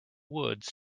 woods